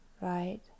right